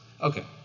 Okay